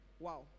Wow